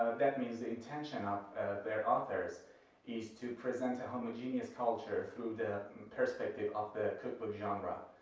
that means the intention of their authors is to present a homogenous culture through the perspective of the cookbook genre.